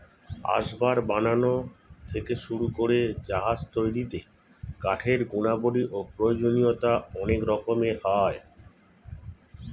আসবাব বানানো থেকে শুরু করে জাহাজ তৈরিতে কাঠের গুণাবলী ও প্রয়োজনীয়তা অনেক রকমের হয়